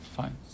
fine